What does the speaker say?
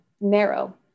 narrow